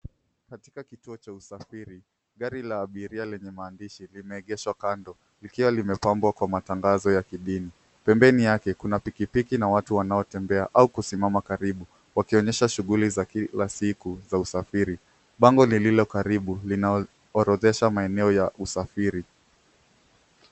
Katika kituo cha usafiri gari la abiria lenye maandishi limeegeshwa kandwa likiwa limepambwa kwa matamganzoya kidini. Pembeni yake kuna pikipiki na watu wanaotembea au kusimama karibu wakionyesha shughuli za kila siku za usafiri. Bango lililo karibu linaorodhesha maeneo ya usafiri.